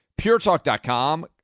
puretalk.com